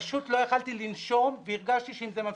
פשוט לא יכולתי לנשום והרגשתי שאם זה ממשיך,